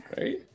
right